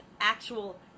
actual